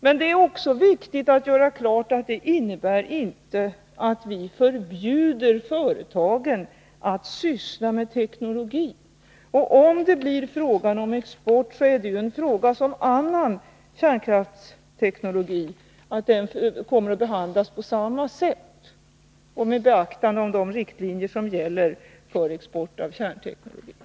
Men det är också viktigt att det görs klart att det inte innebär att vi förbjuder företagen att syssla med teknologi. Om det blir aktuellt med export, kommer den frågan att behandlas på samma sätt som andra frågor som rör kärnkraftsteknologi, med beaktande av de riktlinjer som gäller för export av sådan teknologi.